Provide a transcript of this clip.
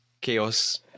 Chaos